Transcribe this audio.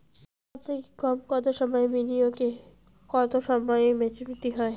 সবথেকে কম কতো সময়ের বিনিয়োগে কতো সময়ে মেচুরিটি হয়?